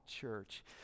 church